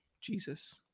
Jesus